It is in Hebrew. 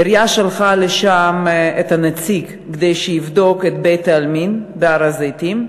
העירייה שלחה נציג לבדוק את בית-העלמין בהר-הזיתים,